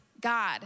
God